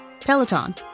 Peloton